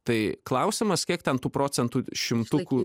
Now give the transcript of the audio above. tai klausimas kiek ten tų procentų šimtukų